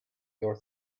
your